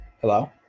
Hello